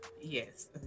Yes